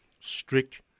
strict